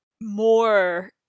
more